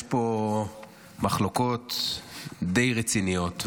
יש פה מחלוקות די רציניות,